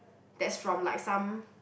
that's from like some